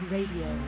Radio